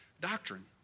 doctrine